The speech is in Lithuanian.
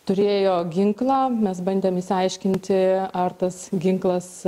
turėjo ginklą mes bandėm išsiaiškinti ar tas ginklas